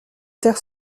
terre